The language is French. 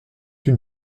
une